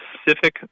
specific